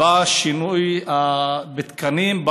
השינוי בתקנים,